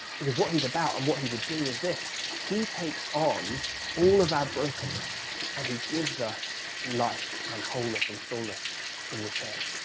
because what he's about and what he would do is this he takes on all of our brokenness and he gives us life and wholeness and fullness in return.